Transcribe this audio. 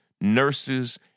nurses